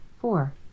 Four